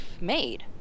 made